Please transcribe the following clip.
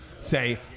say